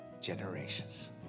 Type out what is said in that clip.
generations